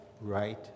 right